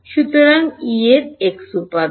সুতরাং E এর x উপাদান